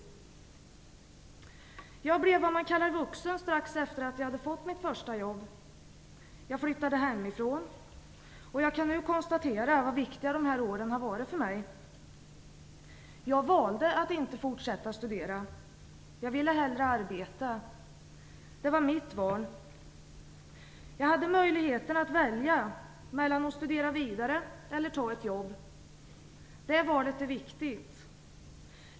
Jag blev vad man kallar vuxen strax efter det att jag hade fått mitt första jobb. Jag flyttade hemifrån, och jag kan nu konstatera hur viktiga de här åren har varit för mig. Jag valde att inte fortsätta att studera. Jag ville hellre arbeta. Det var mitt val. Jag hade möjligheten att välja mellan att studera vidare och att ta ett jobb. Det valet är viktigt.